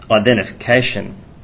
identification